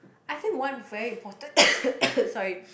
I save one very important sorry